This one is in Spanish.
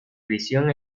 prisión